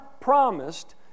promised